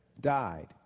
died